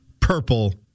Purple